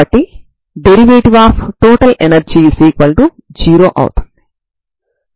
ఇక్కడ మనం ఐగెన్ ఫంక్షన్లను మరియు కంప్లీట్ ఆర్తోగోనల్ సెట్లను చూస్తాము సరేనా